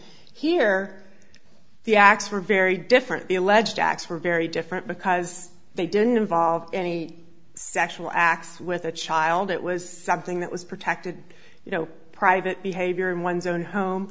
acts were very different the alleged acts were very different because they didn't involve any sexual acts with a child it was something that was protected you know private behavior in one's own home